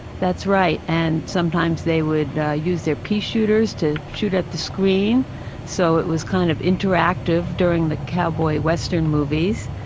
that's right. and sometimes they would use their pea shooters to shoot at the screen so it was kind of interactive during the cowboy western movies.